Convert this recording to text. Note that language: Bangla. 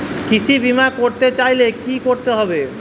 কৃষি বিমা করতে চাইলে কি করতে হবে?